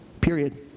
period